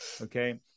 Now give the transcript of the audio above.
okay